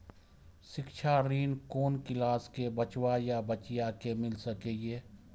शिक्षा ऋण कुन क्लास कै बचवा या बचिया कै मिल सके यै?